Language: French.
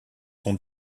son